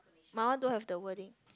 my one don't have the wording